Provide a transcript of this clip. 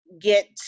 get